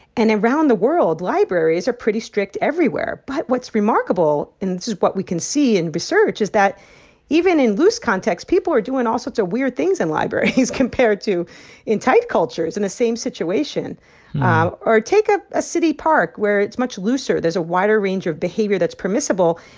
and around the world libraries, are pretty strict everywhere. but what's remarkable and this is what we can see in research is that even in loose contexts, people are doing all sorts of weird things in libraries, compared to in tight cultures in the same situation or take ah a city park, where it's much looser. there's a wider range of behavior that's permissible.